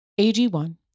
AG1